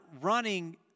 running